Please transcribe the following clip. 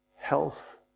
health